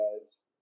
guys